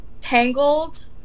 Tangled